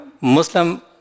Muslim